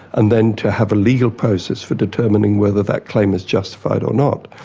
and then to have a legal process for determining whether that claim is justified or not.